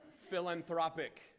philanthropic